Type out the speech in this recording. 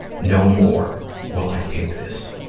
no more will i take this.